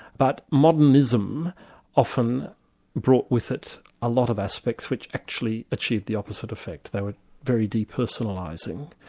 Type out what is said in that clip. but modernism often brought with it a lot of aspects, which actually achieved the opposite effect. they were very depersonalising.